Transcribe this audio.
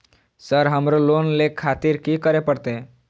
Sir हमरो loan ले खातिर की करें परतें?